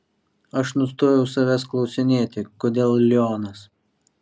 aš nustojau savęs klausinėti kodėl lionas